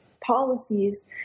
policies